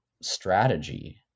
strategy